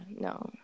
no